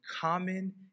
common